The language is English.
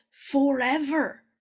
forever